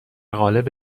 قالب